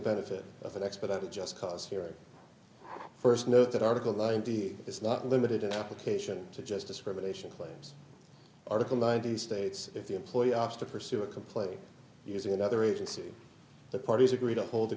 benefit of an expert at a just cause hearing first know that article ninety is not limited application to just discrimination claims article ninety states if the employer offers to pursue a complaint using another agency the parties agree to hold a